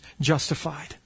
Justified